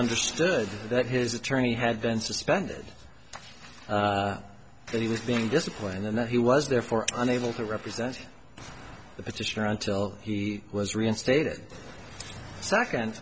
understood that his attorney had been suspended that he was being disciplined and that he was therefore unable to represent the petitioner until he was reinstated